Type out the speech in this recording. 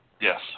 Yes